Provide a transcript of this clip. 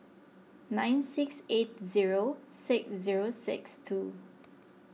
nine six eight zero six zero six two